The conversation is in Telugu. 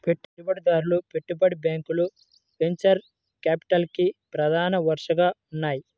పెట్టుబడిదారులు, పెట్టుబడి బ్యాంకులు వెంచర్ క్యాపిటల్కి ప్రధాన వనరుగా ఉన్నాయి